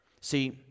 See